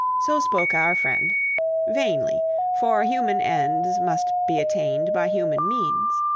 so spoke our friend vainly for human ends must be attained by human means.